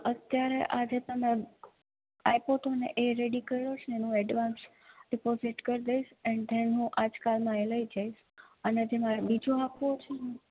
અત્યારે આજે તમે આઈપોતોને એ રેડી કરે છે એનું એડવાન્સ ડિપોજીટ કરી દઈશ એન્ડ ધેન હું આજકાલમાં એ લઈ જઈશ અને જે મારે બીજો આપવો છે ને